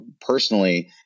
personally